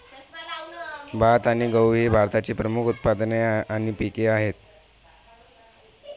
भात आणि गहू ही भारतातील प्रमुख उत्पादने आणि पिके आहेत